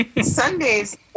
Sundays